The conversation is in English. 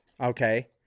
Okay